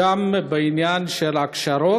בעניין של הכשרה,